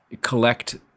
collect